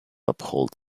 uphold